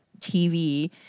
TV